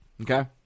okay